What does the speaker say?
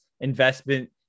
investment